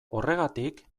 horregatik